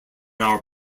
our